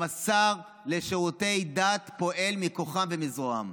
גם השר לשירותי דת פועל מכוחם ומזרועם.